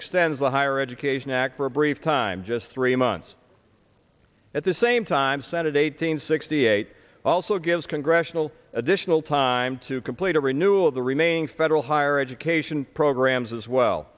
extends the higher education act for a brief time just three months at the same time saturday eight hundred sixty eight also gives congressional additional time to complete a renewal of the remaining federal higher education programs as well